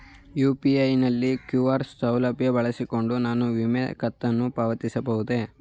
UPI ನಲ್ಲಿರುವ QR ಸೌಲಭ್ಯ ಬಳಸಿಕೊಂಡು ನಾನು ವಿಮೆ ಕಂತನ್ನು ಪಾವತಿಸಬಹುದೇ?